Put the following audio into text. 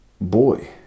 boy